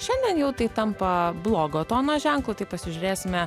šiandien jau tai tampa blogo tono ženklu tai pasižiūrėsime